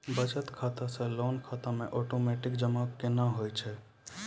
बचत खाता से लोन खाता मे ओटोमेटिक जमा केना होय छै?